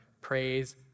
praise